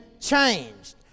changed